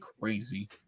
crazy